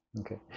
Okay